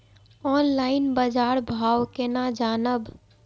Online बाजार भाव केना जानब?